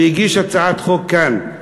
והגיש הצעת חוק כאן,